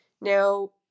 Now